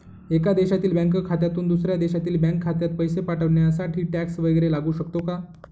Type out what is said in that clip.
एका देशातील बँक खात्यातून दुसऱ्या देशातील बँक खात्यात पैसे पाठवण्यासाठी टॅक्स वैगरे लागू शकतो का?